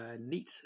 neat